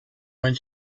one